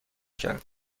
کرد